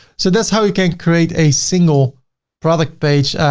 so that's how we can create a single product page.